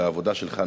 והעבודה שלך,